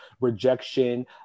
rejection